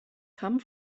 come